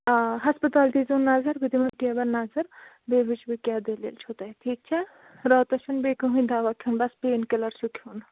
آ ہَسپَتال دیٖزیٚو نظر بہٕ دِمو ٹیبن نظر بیٚیہِ وُچھٕ بہٕ کیٛاہ دٔلیٖل چھُو تۄہہِ ٹھیٖک چھا راتَس چھُنہٕ بیٚیہِ کٕہٕنۍ دوا کھیوٚن بَس پین کِلَر چھُ کھیوٚن